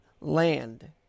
land